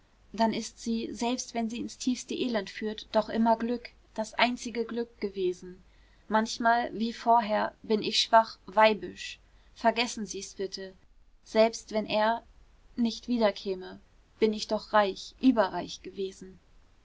dann ist sie selbst wenn sie ins tiefste elend führt doch immer glück das einzige glück gewesen manchmal wie vorher bin ich schwach weibisch vergessen sie's bitte selbst wenn er nicht wiederkäme bin ich doch reich überreich gewesen